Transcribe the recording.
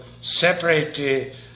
separate